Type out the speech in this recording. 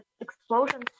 explosions